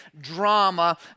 drama